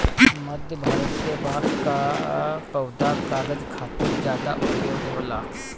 मध्य भारत के बांस कअ पौधा कागज खातिर ज्यादा उपयोग होला